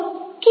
કેટલું